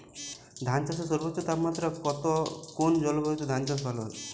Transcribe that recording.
ধান চাষে সর্বোচ্চ তাপমাত্রা কত কোন জলবায়ুতে ধান চাষ ভালো হয়?